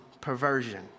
perversion